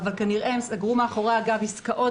אבל כנראה הם סגרו עסקאות מאחורי הגב,